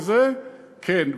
וכן,